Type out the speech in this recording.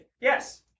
Yes